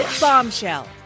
bombshell